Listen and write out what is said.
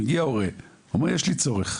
מגיע הורה, אומר יש לי צורך.